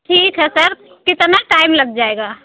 ठीक है सर कितना टाइम लग जाएगा